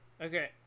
Okay